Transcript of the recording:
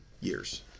years